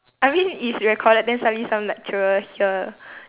I mean it's recorded then sekali some lecturer hear